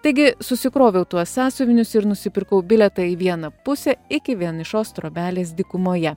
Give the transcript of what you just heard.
taigi susikroviau tuos sąsiuvinius ir nusipirkau bilietą į vieną pusę iki vienišos trobelės dykumoje